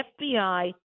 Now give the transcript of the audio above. FBI